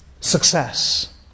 success